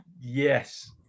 Yes